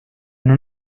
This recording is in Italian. non